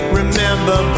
remember